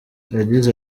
yagize